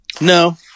No